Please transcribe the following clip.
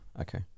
Okay